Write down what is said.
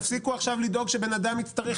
תפסיקו עכשיו לדאוג שבן אדם יצטרך